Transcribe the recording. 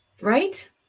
Right